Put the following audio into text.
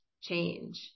change